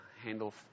handle